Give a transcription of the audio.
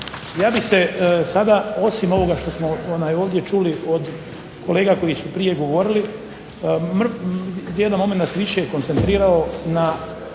Ja bih se sada osim onoga što smo ovdje čuli od kolega koji su prije govorili, jedan momenat više koncentrirao na